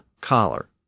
collar